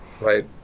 Right